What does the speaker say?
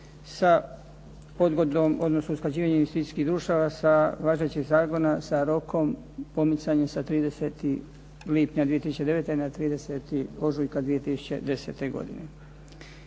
sa odgodom, odnosno usklađivanje investicijskih društava važećeg zakona sa rokom pomicanja sa 30. lipnja 2009. na 30. ožujka 2010. godine.